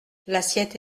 l’assiette